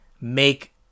make